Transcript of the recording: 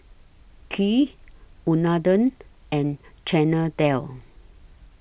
Kheer Unadon and Chana Dal